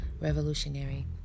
revolutionary